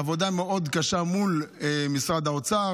עבודה קשה מאוד מול משרד האוצר,